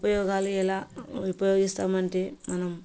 ఉపయోగాలు ఎలా ఉపయోగిస్తామంటే మనం